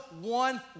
one